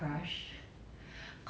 actually my childhood crush who